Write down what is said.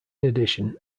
addition